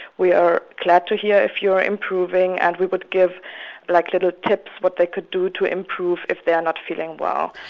we are glad to hear if you are improving and we would give like little tips what they could do to improve if they are not feeling well.